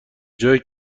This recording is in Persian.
جایی